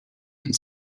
and